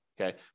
okay